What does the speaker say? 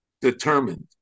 Determined